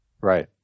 Right